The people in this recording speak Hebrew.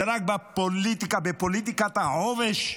זה רק בפוליטיקה, בפוליטיקת העובש,